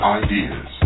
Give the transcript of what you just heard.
ideas